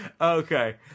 Okay